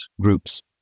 groups